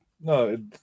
No